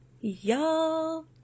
Y'all